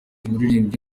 umuririmbyi